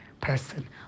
person